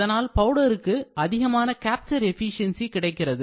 இதனால் பவுடருக்கு அதிகமான capture efficiency கிடைக்கிறது